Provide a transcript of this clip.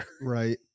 Right